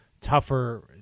tougher